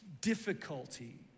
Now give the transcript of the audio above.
difficulty